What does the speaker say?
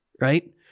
right